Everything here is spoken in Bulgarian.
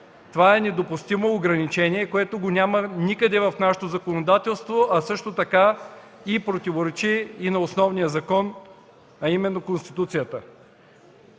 Това е недопустимо ограничение, което го няма никъде в нашето законодателство! То противоречи и на основния закон – а именно Конституцията.